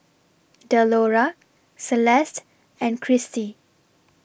Delora Celeste and Cristi